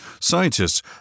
Scientists